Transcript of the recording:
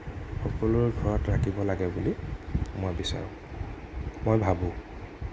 সকলোৰে ঘৰত থাকিব লাগে বুলি মই বিচাৰোঁ মই ভাবোঁ